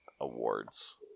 awards